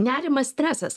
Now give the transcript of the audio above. nerimas stresas